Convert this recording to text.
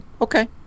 okay